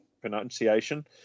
pronunciation